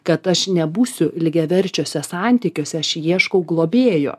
kad aš nebūsiu lygiaverčiuose santykiuose aš ieškau globėjo